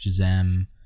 Shazam